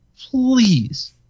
Please